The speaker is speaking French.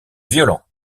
violent